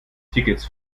tickets